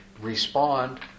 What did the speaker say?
respond